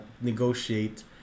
negotiate